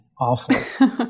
Awful